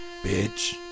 bitch